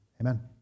Amen